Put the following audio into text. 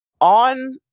On